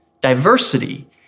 Diversity